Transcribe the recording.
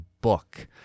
book